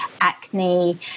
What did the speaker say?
acne